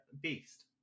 beast